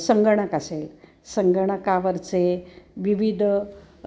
संगणक असेल संगणकावरचे विविध